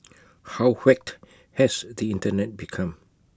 how whacked has the Internet become